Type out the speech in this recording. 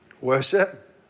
Worship